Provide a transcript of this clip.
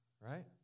right